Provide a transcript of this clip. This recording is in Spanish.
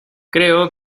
creo